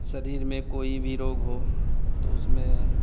शरीर में कोई भी रोग हो तो उसमें